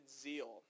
zeal